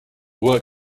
work